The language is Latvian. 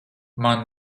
man